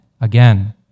again